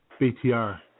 BTR